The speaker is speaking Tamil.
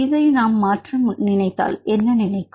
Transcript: இதை நாம் மாற்ற நினைத்தால் என்ன நடக்கும்